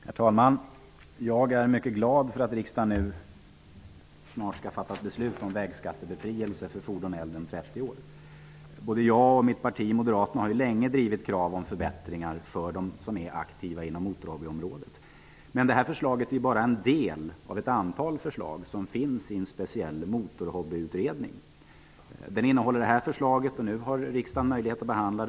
Herr talman! Jag är mycket glad över att riksdagen snart skall fatta ett beslut om vägskattebefrielse för fordon som är äldre än 30 år. Både jag och mitt parti, Moderaterna, har länge drivit krav om förbättringar för dem som är aktiva inom motorhobbyområdet. Detta förslag är bara ett av flera som finns i en speciell motorhobbyutredning. Den innehåller det förslag som riksdagen nu har möjlighet att behandla.